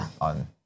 on